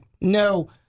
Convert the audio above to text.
no